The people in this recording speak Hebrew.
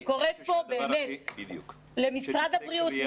אני קוראת פה באמת למשרד הבריאות,